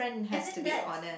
as in that's